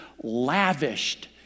lavished